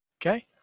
Okay